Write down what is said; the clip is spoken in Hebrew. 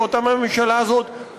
שאותם הממשלה הזאת,